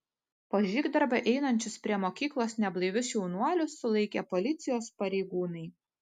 po žygdarbio einančius prie mokyklos neblaivius jaunuolius sulaikė policijos pareigūnai